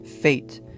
Fate